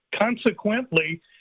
Consequently